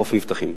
לחוף מבטחים.